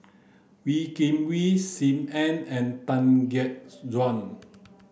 Wee Kim Wee Sim Ann and Tan Gek Suan